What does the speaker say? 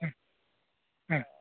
മ്മ് ആ